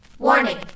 Warning